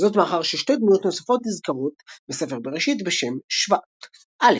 זאת מאחר ששתי דמויות נוספות נזכרות בספר בראשית בשם שבא א.